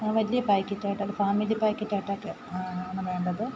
വലിയ പാക്കറ്റായിട്ടാണ് ഫാമിലി പാക്കറ്റായിട്ടൊക്കെ ആണ് വേണ്ടത്